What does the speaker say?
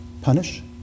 punish